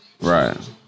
Right